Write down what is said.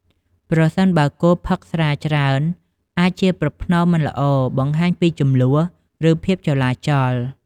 ប្រសិនបើគោផឹក ស្រា ច្រើន អាចជាប្រផ្នូលមិនល្អ បង្ហាញពីជម្លោះ ឬភាពចលាចល។